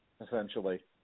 essentially